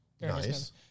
Nice